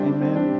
Amen